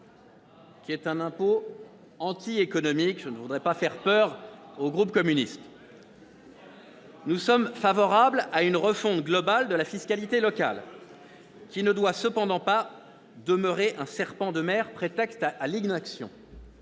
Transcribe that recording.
qui est un impôt antiéconomique. Je tenais à le préciser pour ne pas faire peur à nos collègues du groupe communiste. Nous sommes favorables à une refonte globale de la fiscalité locale, qui ne doit cependant pas demeurer un serpent de mer prétexte à l'inaction.